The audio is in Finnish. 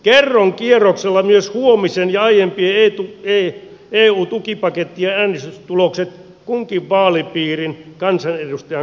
kerron kierroksella myös huomisen ja aiempien eu tukipakettien äänestystulokset kunkin vaalipiirin kansanedustajan kohdalta